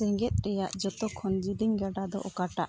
ᱡᱮᱜᱮᱫ ᱨᱮᱱᱟᱜ ᱡᱷᱚᱛᱚ ᱠᱷᱚᱱ ᱡᱮᱞᱮᱧ ᱜᱟᱰᱟ ᱫᱚ ᱚᱠᱟᱴᱟᱜ